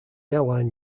airline